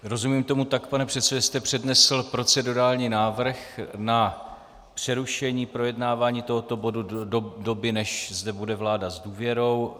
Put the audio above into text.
Rozumím tomu tak, pane předsedo, že jste přednesl procedurální návrh na přerušení projednávání tohoto bodu do doby, než zde bude vláda s důvěrou.